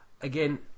again